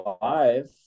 five